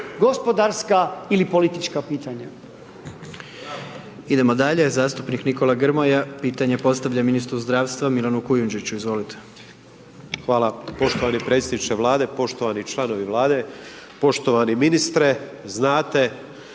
gospodarska ili politička pitanja.